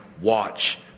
Watch